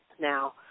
Now